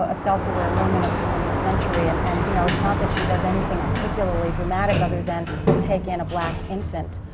ah self-aware woman of the twentieth century. and and you know, it's not that she does anything particularly dramatic, other than take in a black infant,